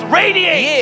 radiate